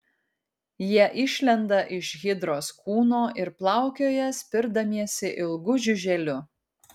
jie išlenda iš hidros kūno ir plaukioja spirdamiesi ilgu žiuželiu